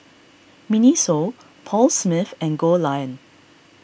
Miniso Paul Smith and Goldlion